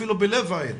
אפילו בלב העיר.